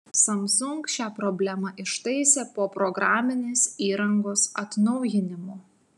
samsung šią problemą ištaisė po programinės įrangos atnaujinimo